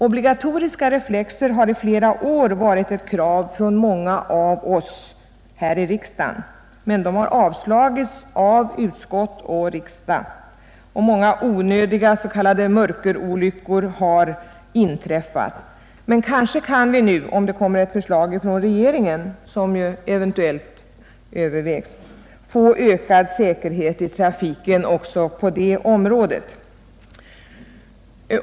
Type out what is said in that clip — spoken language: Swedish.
Obligatoriska reflexer har i flera år varit ett krav från många av oss här i riksdagen, men dessa krav har avslagits av utskott och riksdag, och många onödiga s.k. mörkerolyckor har inträffat. Kanske kan vi nu om det kommer ett förslag från regeringen, vilket alltså eventuellt övervägs, få ökad säkerhet i trafiken också på detta område.